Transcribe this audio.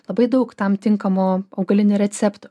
labai daug tam tinkamų augalinių receptų